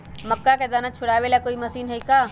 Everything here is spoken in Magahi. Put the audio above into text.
मक्का के दाना छुराबे ला कोई मशीन हई का?